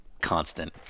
constant